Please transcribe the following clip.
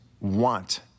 want